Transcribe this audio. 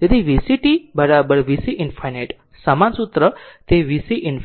તેથી vc t vc ∞ સમાન સૂત્ર તે vc ∞